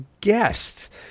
guest